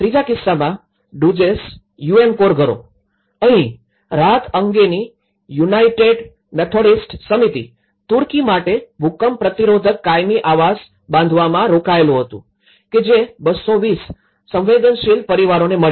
ત્રીજા કિસ્સામાં Duzce UMCOR ઘરો અહીં રાહત અંગેની યુનાઇટેડ મેથોડિસ્ટ સમિતિ તુર્કી માટે ભૂકંપ પ્રતિરોધક કાયમી આવાસ બાંધવામાં રોકાયેલું હતું કે જે ૨૨૦ સંવેદનશીલ પરિવારોને મળ્યા